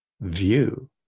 view